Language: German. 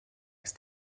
ist